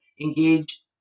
engage